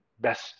best